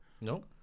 Nope